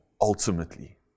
ultimately